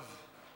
טוב.